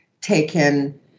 taken